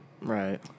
Right